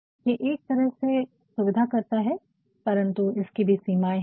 तो ये एक तरह से सुविधा करता है परन्तु इसकी भी सीमाएं है